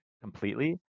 completely